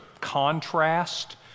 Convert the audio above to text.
contrast